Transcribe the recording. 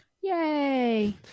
Yay